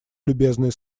любезные